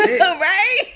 right